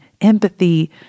empathy